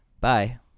bye